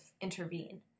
intervene